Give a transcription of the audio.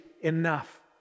enough